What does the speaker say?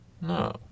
No